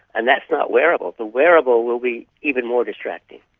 and that's not wearable the wearable will be even more distracting.